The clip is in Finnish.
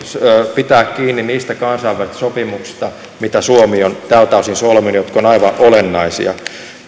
pitää kiinni niistä kansainvälisistä sopimuksista mitä suomi on tältä osin solminut jotka ovat aivan olennaisia pelkään kyllä